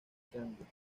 triángulo